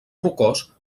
rocós